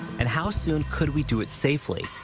and how soon could we do it safely?